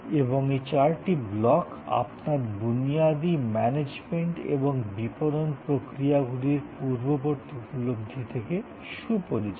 এবং এই চারটি ব্লক আপনার বুনিয়াদি ম্যানেজমেন্ট এবং বিপণন প্রক্রিয়াগুলির পূর্ববর্তী উপলব্ধি থেকে সুপরিচিত